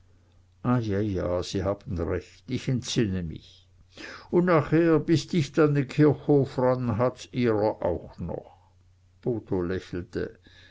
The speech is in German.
ja ja sie haben recht ich entsinne mich un nachher bis dicht an den kirchhof ran hat's ihrer auch noch botho